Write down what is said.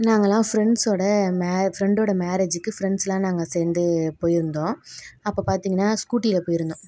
நாங்கள்லாம் ஃப்ரெண்ட்ஸோடு நாங்கள் ஃப்ரெண்ட்டோடய மேரேஜ்க்கு ஃப்ரெண்ட்ஸ்லாம் நாங்கள் சேர்ந்து போயிருந்தோம் அப்போ பார்த்திங்கன்னா ஸ்கூட்டியில் போயிருந்தோம்